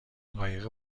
قایق